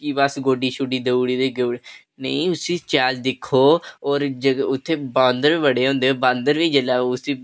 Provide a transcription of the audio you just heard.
भी बस गोड्डी शोडी देई ओड़ी ते बस नेईं उसी शैल दिक्खो होर उत्थै बांदर बी बड़े होंदे बांदर बी जेल्लै उसी